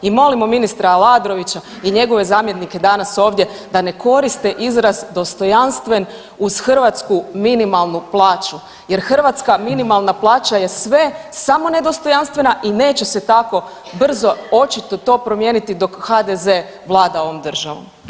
I molimo ministra Aladrovića i njegove zamjenike danas ovdje da ne koriste izraz dostojanstven uz hrvatsku minimalnu plaću jer hrvatska minimalna plaća je sve samo ne dostojanstvena i neće se tako brzo očito to promijeniti dok HDZ vlada ovom državom.